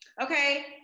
okay